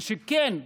כשכן,